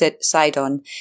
Sidon